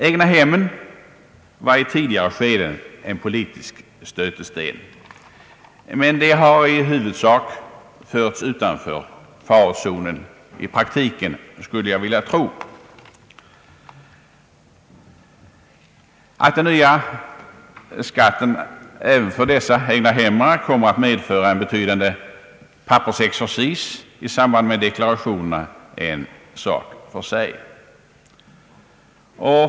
Egnahemmen var i ett tidigare skede en politisk stötesten, men de har i huvudsak förts utanför farozonen i praktiken, skulle jag vilja tro. Att den nya skatten även för dessa egnahem kommer att medföra en betydande pappersexercis i samband med deklarationerna, är en sak för sig.